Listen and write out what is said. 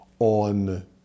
on